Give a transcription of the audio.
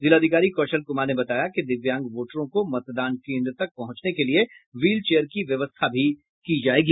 जिलाधिकारी कौशल कुमार ने बताया कि दिव्यांग वोटरों को मतदान केन्द्र तक पहुंचने के लिए व्हील चेयर की व्यवस्था भी की जाएगी